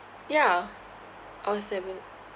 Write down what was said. yeah I was seven